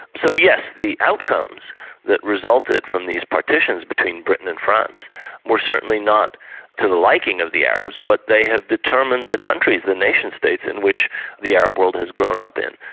so yes, the outcomes that resulted from these partitions between britain and france were certainly not to the liking of the arabs but they had determined the countries, the nation-states in which the arab world has grown up in.